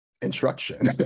instruction